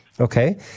Okay